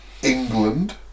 England